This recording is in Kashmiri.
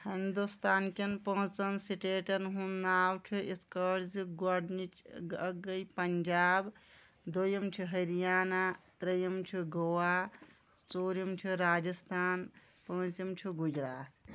ہِندُستانکٮ۪ن پانٛژن سِٹیٹَن ہُنٛد ناو چھُ یِتھ کٲٹھۍ زِ گۄڈنِچ گٔیے پَنجاب دوٚیُم چھِ ہریانہ ترٛیٚم چھُ گوا ژوٗرِم چھُ راجِستھان پانٛژِم چھُ گُجرات